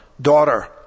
daughter